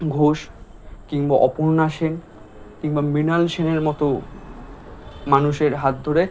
ঘোষ কিংবা অপর্ণা সেন কিংবা মৃনাল সেনের মতো মানুষের হাত ধরে